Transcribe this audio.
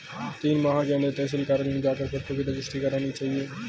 तीन माह के अंदर तहसील कार्यालय में जाकर पट्टों की रजिस्ट्री करानी चाहिए